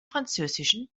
französischen